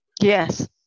Yes